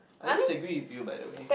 I disagree with you by the way